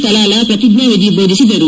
ಕಲಾಲ ಪ್ರತಿಜ್ಞಾನಿಧಿ ದೋಧಿಸಿದರು